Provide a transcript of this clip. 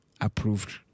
Approved